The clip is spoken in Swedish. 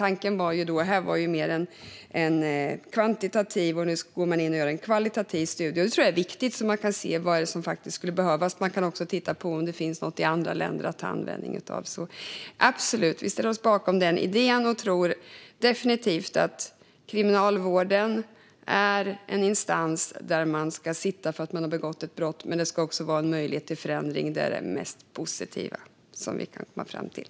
Tanken här var mer en kvantitativ studie, och nu går man in och gör en kvalitativ studie. Det tror jag är viktigt, så att man kan se vad som faktiskt skulle behövas. Man kan också titta på om det finns något i andra länder att använda sig av. Vi ställer oss bakom den idén och tror definitivt att kriminalvården är en instans där man ska sitta för att man har begått ett brott, men det ska också vara en möjlighet till förändring. Det är det mest positiva som vi kan komma fram till.